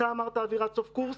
אתה אמרת: אווירת סוף קורס.